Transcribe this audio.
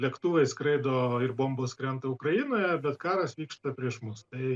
lėktuvai skraido ir bombos krenta ukrainoje bet karas vyksta prieš mus tai